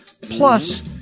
plus